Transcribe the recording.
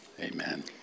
Amen